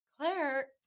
Claire